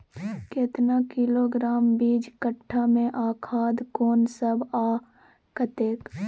केतना किलोग्राम बीज कट्ठा मे आ खाद कोन सब आ कतेक?